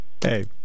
Hey